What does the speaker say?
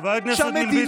חבר הכנסת מלביצקי.